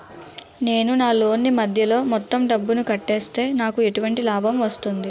నేను నా లోన్ నీ మధ్యలో మొత్తం డబ్బును కట్టేస్తే నాకు ఎటువంటి లాభం వస్తుంది?